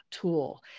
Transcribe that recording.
tool